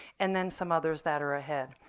and then some others that are ahead.